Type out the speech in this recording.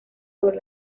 sobre